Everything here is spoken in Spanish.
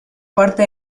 parte